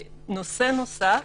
נושא נוסף,